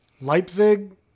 Leipzig